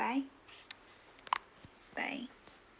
bye bye